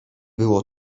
było